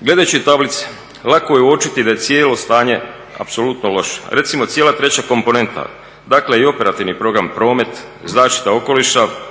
Gledajući tablice lako je uočiti da je cijelo stanje apsolutno loše, a recimo cijela treća komponenta, dakle i operativni program, promet, zaštita okoliša,